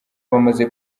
bamaze